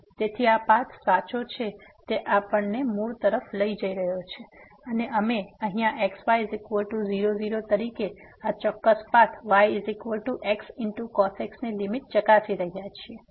તેથી આ પાથ સાચો છે તે આપણને મૂળ તરફ લઈ જઈ રહ્યો છે અને અમે અહીંયા x y00 તરીકે આ ચોક્કસ પાથ yxcos x ની લીમીટ ચકાસી રહ્યા છીએ